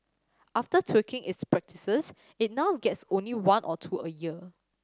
after tweaking its practices it now gets only one or two a year